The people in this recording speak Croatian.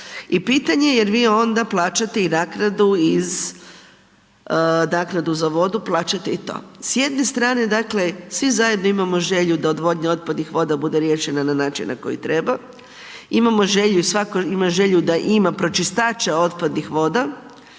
i pitanje je je li vi onda plaćate i naknadu iz, naknadu za vodu plaćate i to. S jedne strane dakle svi zajedno imamo želju da odvodnja otpadnih voda bude riješena na način na koji treba. Imamo želju, svatko ima želju da ima pročistače otpadnih voda.